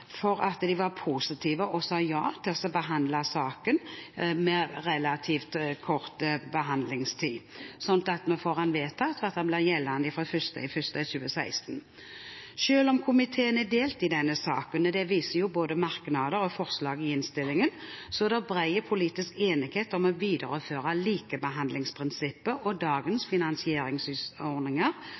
for at de var positive og sa ja til å behandle saken med relativt kort behandlingstid, så vi får den vedtatt og den blir gjeldende fra 1. januar 2016. Selv om komiteen er delt i denne saken, det viser både merknader og forslag i innstillingen, er det bred politisk enighet om å videreføre likebehandlingsprinsippet og dagens finansieringsordninger